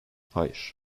hayır